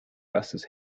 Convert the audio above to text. bases